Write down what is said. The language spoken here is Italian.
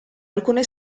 alcune